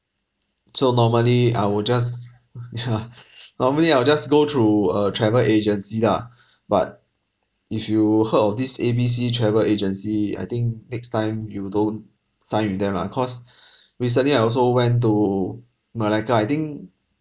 so normally I will just yeah normally I will just go through a travel agency lah but if you heard of this A B C travel agency I think next time you don't sign with them lah cause recently I also went to malacca I think